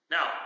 Now